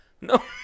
No